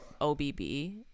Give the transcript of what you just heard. OBB